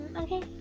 okay